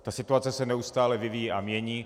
Ta situace se neustále vyvíjí a mění.